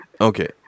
Okay